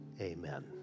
amen